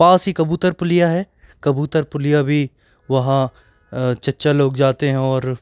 पास ही कबूतर पुलिया है कबूतर पुलिया भी वहाँ चच्चा लोग जाते हैं और